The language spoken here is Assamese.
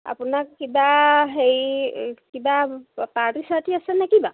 আপোনাক কিবা হেৰি কিবা পাৰ্টি চাৰ্টি আছে নে কিবা